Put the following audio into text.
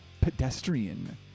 pedestrian